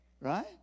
Right